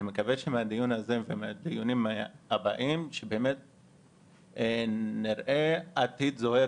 אני מקווה שמהדיון הזה ומהדיונים הבאים נראה עתיד זוהר